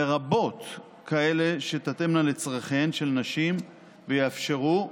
לרבות כאלה אשר תתאמנה לצורכיהן של נשים, ויאפשרו,